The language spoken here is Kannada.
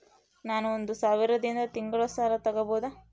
ನಾನು ಒಂದು ಸಾವಿರದಿಂದ ತಿಂಗಳ ಸಾಲ ತಗಬಹುದಾ?